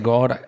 God